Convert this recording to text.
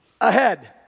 ahead